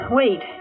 wait